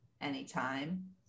anytime